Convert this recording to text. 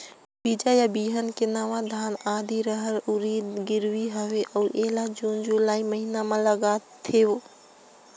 बीजा या बिहान के नवा धान, आदी, रहर, उरीद गिरवी हवे अउ एला जून जुलाई महीना म लगाथेव?